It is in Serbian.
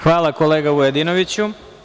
Hvala kolega Vujadinoviću.